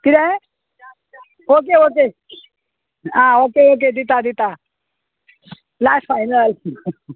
किदें okay okay आ okay okay दिता दिता लास्ट फायनल